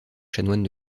chanoines